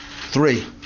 three